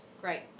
Great